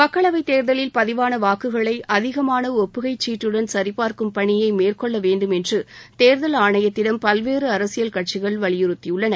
மக்களவைத் தேர்தலில் பதிவான வாக்குகளை அதிகமான ஒப்புகை சீட்டுடன் சரிபார்க்கும் பணியை மேற்கொள்ள வேண்டும் என்று தேர்தல் ஆணையத்திடம் பல்வேறு அரசியல் கட்சிகள் வலியுறுத்தியுள்ளன